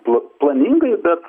pla planingai bet